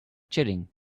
chilling